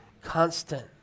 constant